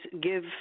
give